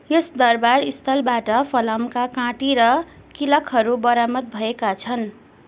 यस दरबार स्थलबाट फलामका काँटी र कीलकहरू बरामद भएका छन्